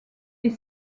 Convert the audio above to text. est